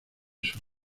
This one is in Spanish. sus